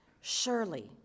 Surely